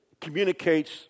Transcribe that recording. communicates